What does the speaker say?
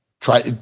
try